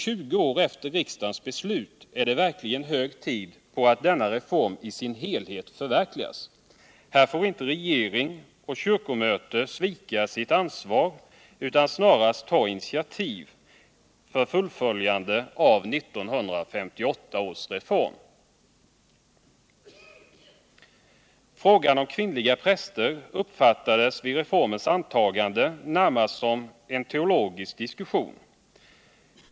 20 år efter riksdagens beslut, är det verkligen hög tid att denna reform i sin helhet förverkligas. Här får inte regering och kyrkomöte svika sitt ansvar utan måste snarast ta initiativ för fullföljande av 1958 års reform. Frågan om kvinnliga präster uppfattades vid reformens antagande närmast som en teologisk diskussion.